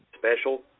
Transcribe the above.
special